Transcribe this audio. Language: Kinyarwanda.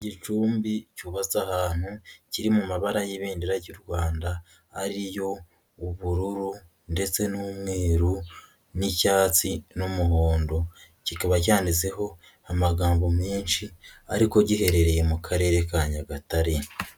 Igicumbi cyubatse ahantu kiri mu mabara y'ibendera ry'u Rwanda ari yo ubururu ndetse n'umweru n'icyatsi n'umuhondo kikaba cyanditseho amagambo menshi ariko giherereye mu Karere ka Nyagatare.